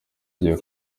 gihe